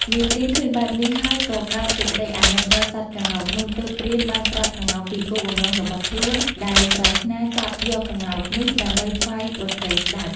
នាយព្រានឃើញបែបនេះហើយក៏កើតសេចក្តីអាណិតដល់សត្វក្ងោកនោះទើបព្រានបានប្រាប់ក្ងោកពីគោលបំណងរបស់ខ្លូនដែលប្រាថ្នាចាប់យកក្ងោកនេះដើម្បីថ្វាយបុត្រីស្តេច។